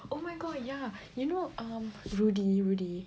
oh my god ya you know um Rudy Rudy